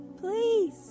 please